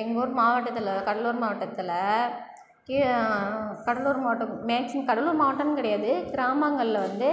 எங்கள் ஊர் மாவட்டத்தில் கடலூர் மாவட்டத்தில் கீழ் கடலூர் மாவட்டம் மேக்சிமம் கடலூர் மாவட்டம் கிடையாது கிராமங்களில் வந்து